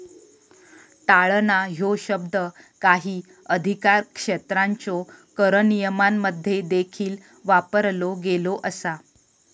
टाळणा ह्यो शब्द काही अधिकारक्षेत्रांच्यो कर नियमांमध्ये देखील वापरलो गेलो असा